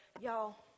y'all